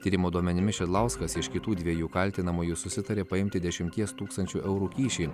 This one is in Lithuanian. tyrimo duomenimis šidlauskas iš kitų dviejų kaltinamųjų susitarė paimti dešimties tūkstančių eurų kyšį